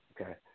Okay